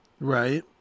Right